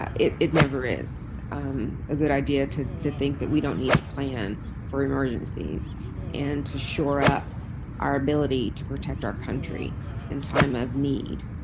ah it it never is a good idea to to think that we don't need to plan for emergencies and to shore up our ability to protect our country in time of need,